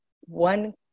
one